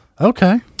Okay